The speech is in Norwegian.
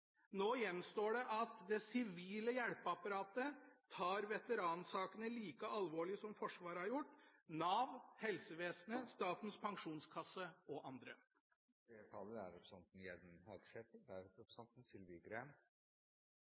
Nå gjenstår det at det sivile hjelpeapparatet tar veteransakene like alvorlig som Forsvaret har gjort: Nav, helsevesenet, Statens pensjonskasse og andre.